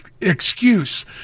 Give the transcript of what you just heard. excuse